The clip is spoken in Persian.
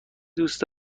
دوست